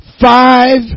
five